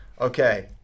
Okay